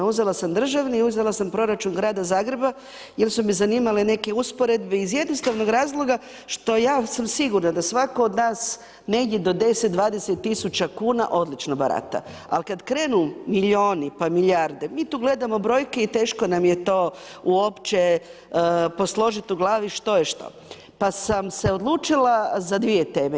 Uzela sam državni i uzela sam proračun grada Zagreba jer su me zanimale neke usporedbe iz jednostavnog razloga, što ja sam sigurna, da svatko od nas negdje do 10, 20.000 kuna odlično barata, ali kad krenu milijuna pa milijarde, mi tu gledamo brojke i teško nam je to uopće posložit u glavi što je što, pa sam se odlučila za dvije teme.